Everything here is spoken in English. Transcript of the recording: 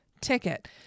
ticket